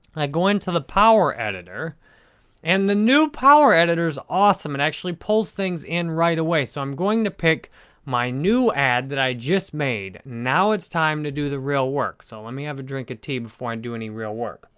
i go into the power editor and the new power editor's awesome. it actually pulls things in right away. so, i'm going to pick my new ad that i just made. now, it's time to do the real work. so, let me have a drink of tea before i and do any real work.